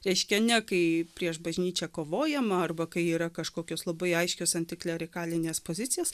reiškia ne kai prieš bažnyčią kovojama arba kai yra kažkokios labai aiškios antiklerikalinės pozicijos